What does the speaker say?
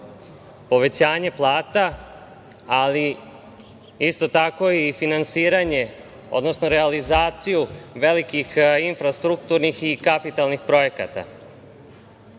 povećanje plata, ali isto tako i finansiranje, odnosno realizaciju velikih infrastrukturnih i kapitalnih projekata. Ono